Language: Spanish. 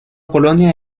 colonia